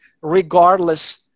regardless